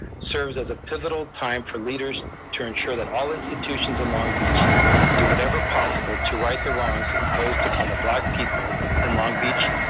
serves as a pivotal time for leaders to ensure that all institutions in long beach do whatever possible to right the wrongs imposed upon the black people in long beach,